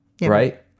Right